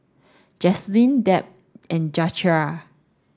Jaslyn Deb and Zachariah